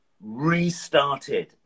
restarted